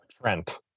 Trent